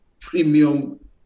premium